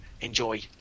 enjoy